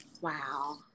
Wow